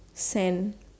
sand